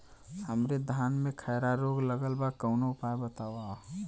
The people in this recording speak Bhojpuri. हमरे धान में खैरा रोग लगल बा कवनो उपाय बतावा?